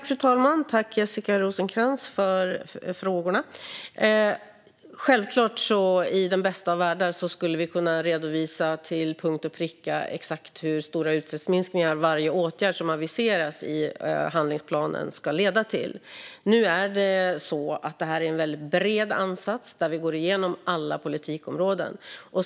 Fru talman! Tack, Jessica Rosencrantz, för frågorna! I den bästa av världar skulle vi till punkt och pricka självklart kunna redovisa exakt hur stora utsläppsminskningar som varje åtgärd som aviseras i handlingsplanen ska leda till. Detta är dock en väldigt bred ansats där vi går igenom alla politikområden.